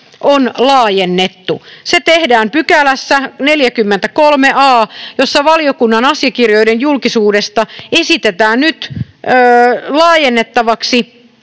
on laajennettu. Se tehdään 43 a §:ssä, ja tätä pykälää valiokunnan asiakirjojen julkisuudesta esitetään nyt laajennettavaksi